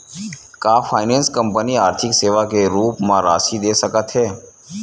का finance company आर्थिक सेवा के रूप म राशि दे सकत हे?